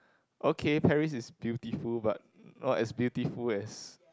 okay Paris is beautiful but not as beautiful as